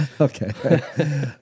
Okay